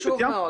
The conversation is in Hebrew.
בבת ים.